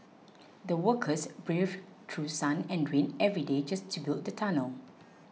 the workers braved through sun and rain every day just to build the tunnel